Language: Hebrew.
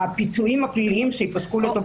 הפיצויים הפליליים שייפסקו לטובתם במשפט הפלילי.